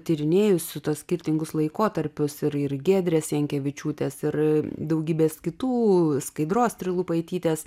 tyrinėjusių tuos skirtingus laikotarpius ir ir giedrės jankevičiūtės ir daugybės kitų skaidros trilupaitytės